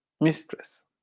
mistress